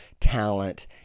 talent